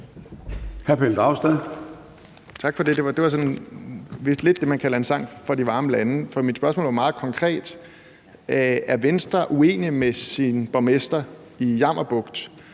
Tak for det. Det var vist lidt det, man kalder en sang fra de varme lande. For mit spørgsmål var meget konkret: Er Venstre uenig med sin borgmester i Jammerbugt